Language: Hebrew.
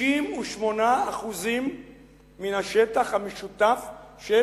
98% מן השטח המשותף של